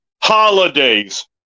holidays